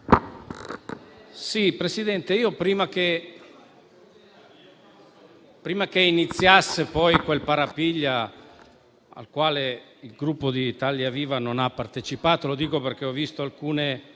dei lavori. Prima che iniziasse quel parapiglia al quale il Gruppo Italia Viva non ha partecipato - lo dico perché ho visto alcune